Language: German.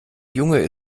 junge